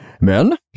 men